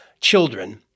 children